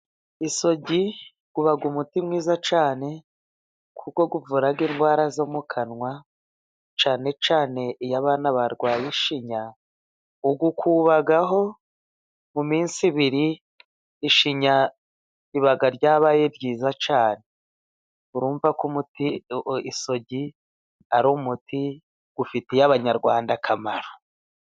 Isogi iba umuti mwiza cyane kuko uvura indwara zo mu kanwa cyane cyane iyo abana barwaye ishinya, uwukubaho, mu minsi ibiri ishinya iba yabaye nziza cyane. Urumva ko umuti, isogi ari umuti ufitiye Abanyarwanda akamaro.